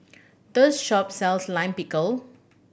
shop sells Lime Pickle